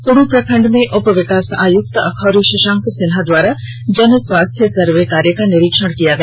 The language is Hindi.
क्ड्र प्रखण्ड में उप विकास आयुक्त अखौरी शशांक सिन्हा द्वारा जनस्वास्थ्य सर्वे कार्य का निरीक्षण किया गया